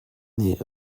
nih